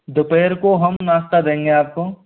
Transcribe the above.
दोपहर को हम नाश्ता देंगे आप को